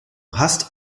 hast